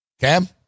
Cam